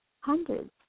hundreds